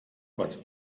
was